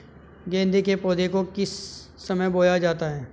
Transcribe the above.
गेंदे के पौधे को किस समय बोया जाता है?